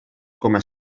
coma